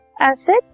acid